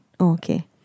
okay